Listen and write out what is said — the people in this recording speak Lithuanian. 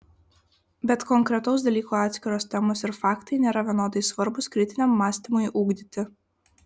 bet konkretaus dalyko atskiros temos ir faktai nėra vienodai svarbūs kritiniam mąstymui ugdyti